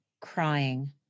crying